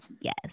Yes